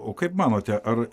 o kaip manote ar